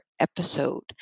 episode